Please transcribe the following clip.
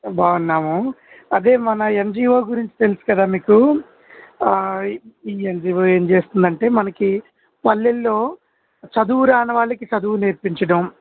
బాగున్నాము అదే మన ఎన్జిఓ గురించి తెలుసు కదా మీకు ఈ ఎన్జిఓ ఏం చేేస్తుందంటే మనకి పల్లెల్లో చదువు రాని వాళ్ళకి చదువు నేర్పించడం